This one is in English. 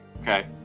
Okay